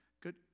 good